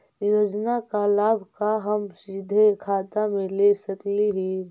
योजना का लाभ का हम सीधे खाता में ले सकली ही?